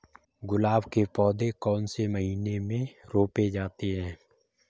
गुलाब के पौधे कौन से महीने में रोपे जाते हैं?